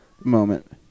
moment